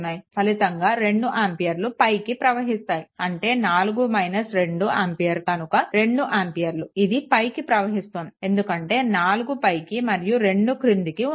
కాబట్టి ఫలితంగా 2 ఆంపియర్లు పైకి ప్రవహిస్తాయి అంటే 4 2 ఆంపియర్ కనుక 2 ఆంపియార్లు ఇది పైకి ప్రవహిస్తుంది ఎందుకంటే 4 పైకి మరియు 2 క్రింది ఉంది